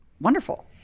wonderful